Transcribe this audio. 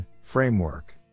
framework